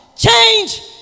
Change